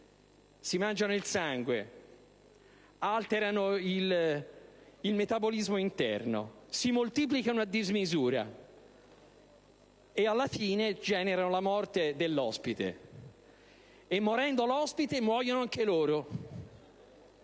ne mangiano il sangue, alterano il metabolismo interno, si moltiplicano a dismisura e alla fine generano la morte dell'ospite e, morendo l'ospite, muoiono anche loro.